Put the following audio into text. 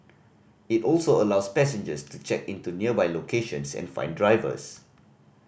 it also allows passengers to check in to nearby locations and find drivers